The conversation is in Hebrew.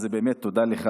אז תודה לך